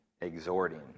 exhorting